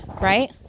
right